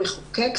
למחוקק,